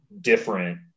different